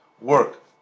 work